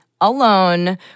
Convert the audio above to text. alone